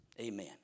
Amen